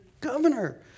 governor